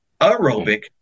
aerobic